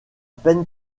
peine